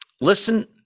Listen